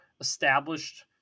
established